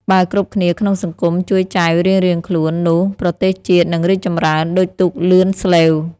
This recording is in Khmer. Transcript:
បើគ្រប់គ្នាក្នុងសង្គមជួយចែវរៀងៗខ្លួន នោះប្រទេសជាតិនឹងរីកចម្រើនដូចទូកលឿនស្លេវ។